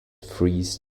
freeze